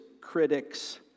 critics